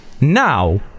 now